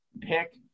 pick